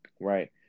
right